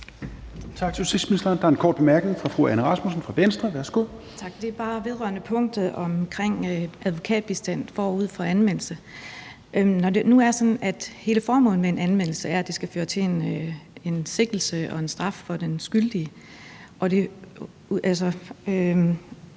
det. Det vedrører punktet om advokatbistand forud for anmeldelse. Det er jo sådan, at hele formålet med en anmeldelse er, at det skal føre til en sigtelse og en straf af den skyldige,